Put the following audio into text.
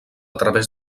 través